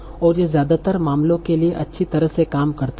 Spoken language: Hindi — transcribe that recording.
और यह ज्यादातर मामलों के लिए अच्छी तरह से काम करता है